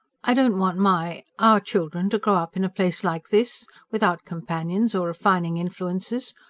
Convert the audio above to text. i don't want my. our children to grow up in a place like this. without companions or refining influences.